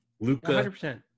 Luca